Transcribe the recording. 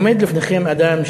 עומד לפניכם אדם,